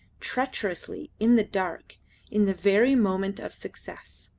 treacherously, in the dark in the very moment of success.